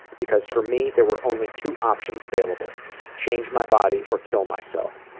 because for me there were only two options available change my body or kill myself.